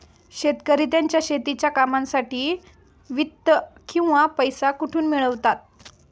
शेतकरी त्यांच्या शेतीच्या कामांसाठी वित्त किंवा पैसा कुठून मिळवतात?